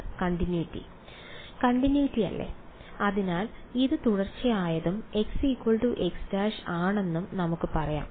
വിദ്യാർത്ഥി continuity continuity അല്ലേ അതിനാൽ ഇത് തുടർച്ചയായതും x x′ ആണെന്നും നമുക്ക് പറയാം